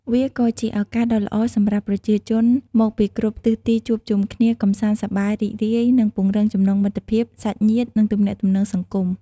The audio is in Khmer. វាក៏ជាឱកាសដ៏ល្អសម្រាប់ប្រជាជនមកពីគ្រប់ទិសទីជួបជុំគ្នា កម្សាន្តសប្បាយ រីករាយ និងពង្រឹងចំណងមិត្តភាព សាច់ញាតិ និងទំនាក់ទំនងសង្គម។